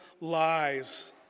lies